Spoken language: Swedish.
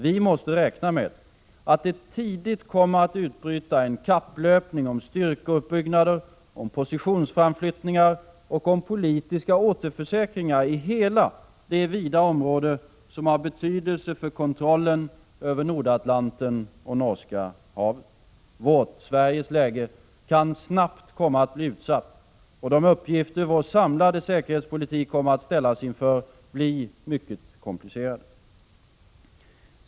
Vi måste räkna med att det tidigt kommer att utbryta en kapplöpning om styrkeuppbyggnader, positionsframflyttningar och politiska återförsäkringar i hela det vida område som har betydelse för kontrollen över Nordatlanten och Norska havet. Vårt läge kan snabbt komma att bli utsatt, och de uppgifter vår samlade säkerhetspolitik kommer att ställas inför blir mycket komplicerade.